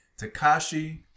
Takashi